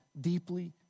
deeply